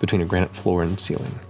between a granite floor and the ceiling.